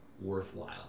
worthwhile